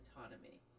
autonomy